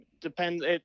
depends